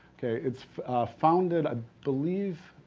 it's founded, i believe